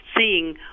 seeing